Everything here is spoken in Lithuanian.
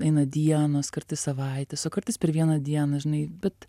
eina dienos kartiais savaitės o kartais per vieną dieną žinai bet